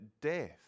death